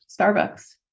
Starbucks